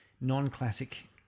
non-classic